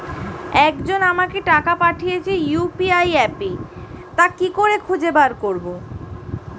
একজন আমাকে টাকা পাঠিয়েছে ইউ.পি.আই অ্যাপে তা কি করে খুঁজে বার করব?